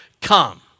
come